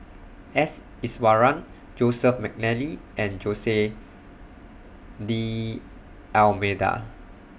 S Iswaran Joseph Mcnally and Jose D'almeida